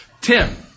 Tim